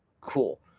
cool